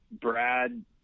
Brad